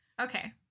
Okay